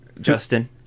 Justin